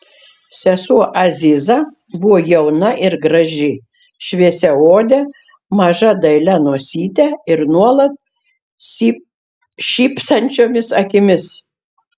sesuo aziza buvo jauna ir graži šviesiaodė maža dailia nosyte ir nuolat šypsančiomis akimis